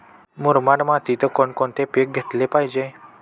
मुरमाड मातीत कोणकोणते पीक घेतले पाहिजे?